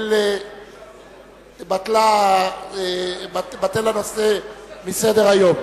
בטל הנושא מסדר-היום.